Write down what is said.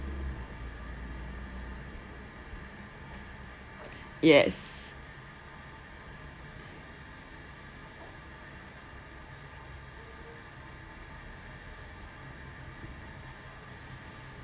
yes